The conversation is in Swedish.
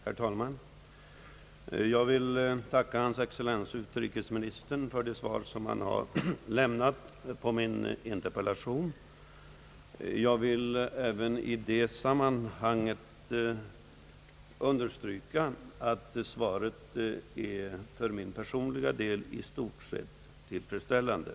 Herr talman! Jag tackar hans excellens för det svar som han har lämnat på min interpellation. Jag vill även understryka, att svaret för mig är i stort sett tillfredsställande.